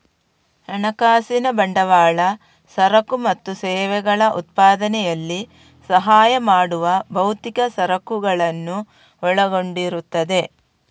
ಹಣಕಾಸಿನ ಬಂಡವಾಳ ಸರಕು ಮತ್ತು ಸೇವೆಗಳ ಉತ್ಪಾದನೆಯಲ್ಲಿ ಸಹಾಯ ಮಾಡುವ ಭೌತಿಕ ಸರಕುಗಳನ್ನು ಒಳಗೊಂಡಿರುತ್ತದೆ